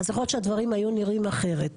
אז יכול להיות שהדברים היו נראים אחרת.